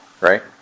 right